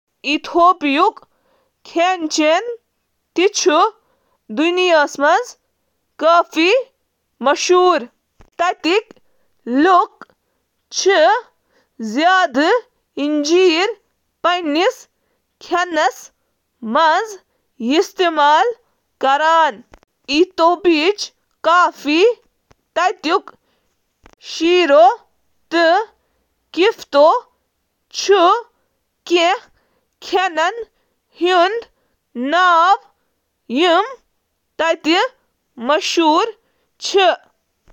ایتھوپیائی کھین چِھ خاص طورس پیٹھ سبزی تہٕ اکثر واریاہ مسالہٕ دار ماز پکنن پیٹھ مشتمل۔ یہٕ چُھ عام طورس پیٹھ واٹ کہِ شکلہِ منز آسان، اکھ موٚٹ سٹو، یوس انجیرا کہِ پیٹھٕ پیش چُھ یوان کرنہٕ، اکھ بٕڑ کھٹہٕ فلیٹ بریڈ، یوس تقریباً پنژاہ سینٹی میٹر ,زْ, انچ, قطر چُھ آسان تہٕ خمیر شدہ ٹیف آٹہٕ سٕتۍ بناونہٕ چُھ یوان۔